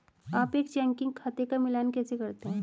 आप एक चेकिंग खाते का मिलान कैसे करते हैं?